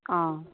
অঁ